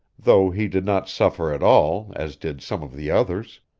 though he did not suffer at all, as did some of the others.